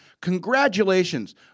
Congratulations